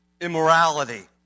immorality